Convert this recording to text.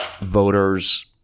voters